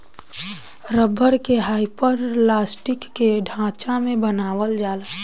rubber के hyperelastic के ढांचा में बनावल जाला